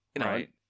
Right